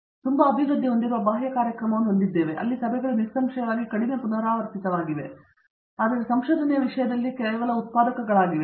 ಮತ್ತು ನಾವು ತುಂಬಾ ಅಭಿವೃದ್ಧಿ ಹೊಂದುತ್ತಿರುವ ಬಾಹ್ಯ ಕಾರ್ಯಕ್ರಮವನ್ನು ಹೊಂದಿದ್ದೇವೆ ಅಲ್ಲಿ ಸಭೆಗಳು ನಿಸ್ಸಂಶಯವಾಗಿ ಕಡಿಮೆ ಪುನರಾವರ್ತಿತವಾಗಿವೆ ಆದರೆ ಸಂಶೋಧನೆಯ ವಿಷಯದಲ್ಲಿ ಕೇವಲ ಉತ್ಪಾದಕಗಳಾಗಿವೆ